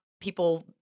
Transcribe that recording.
people